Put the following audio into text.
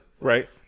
Right